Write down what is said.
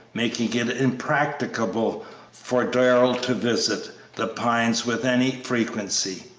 making it impracticable for darrell to visit the pines with any frequency,